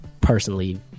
personally